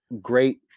great